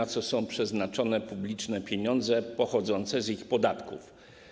Na co są przeznaczone publiczne pieniądze pochodzące z ich podatków?